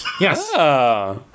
Yes